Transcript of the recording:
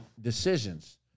decisions